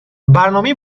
برنامه